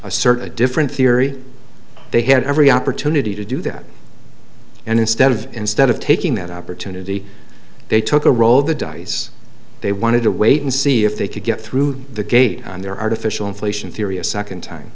assert a different theory they had every opportunity to do that and instead of instead of taking that opportunity they took a roll the dice they wanted to wait and see if they could get through the gate on their artificial inflation theory a second time